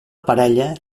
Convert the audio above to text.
parella